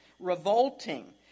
Revolting